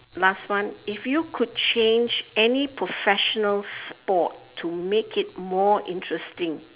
last one if you could change any professional sport to make it more interesting